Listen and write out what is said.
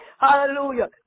Hallelujah